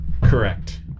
Correct